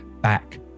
back